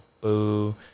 Boo